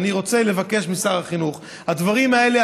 ואני רוצה לבקש משר החינוך: הדברים האלה,